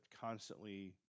constantly